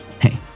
Hey